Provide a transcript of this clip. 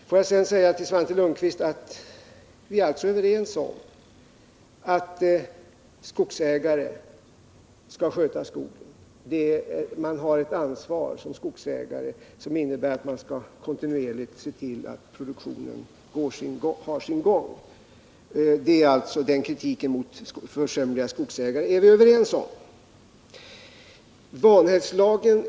Till Svante Lundkvist vill jag säga att vi är allts överens om att skogsägare skall sköta skogen. Man har ett ansvar som skogsägare som innebär att man skall kontinuerligt se till att produktionen har sin gång. Den kritiken mot försumliga skogsägare är vi överens om.